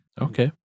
okay